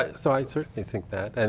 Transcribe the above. so i certainly think that.